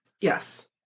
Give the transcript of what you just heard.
Yes